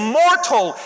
mortal